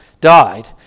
died